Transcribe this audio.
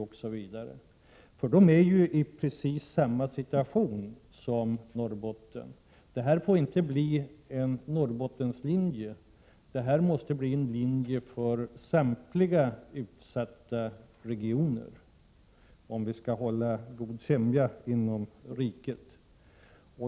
Där har man ju precis samma situation som Norrbotten. Det här får inte bli en Norrbottenslinje, utan det måste bli en linje för samtliga utsatta regioner om vi skall behålla god sämja inom riket.